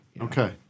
Okay